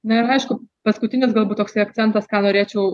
na ir aišku paskutinis galbūt toksai akcentas ką norėčiau